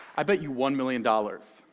i bet you one million dollars